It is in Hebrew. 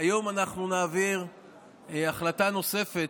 אנחנו נעביר החלטה נוספת,